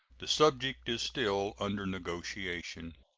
the subject is still under negotiation.